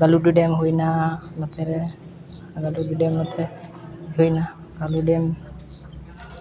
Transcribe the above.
ᱜᱟᱹᱞᱩᱰᱤ ᱰᱮᱢ ᱦᱩᱭᱱᱟ ᱱᱚᱛᱮ ᱨᱮ